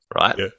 Right